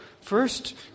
first